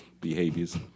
behaviors